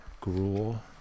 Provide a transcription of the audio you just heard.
gruel